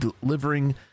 delivering